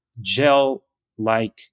gel-like